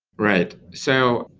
right. so,